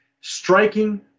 Striking